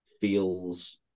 feels